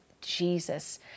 Jesus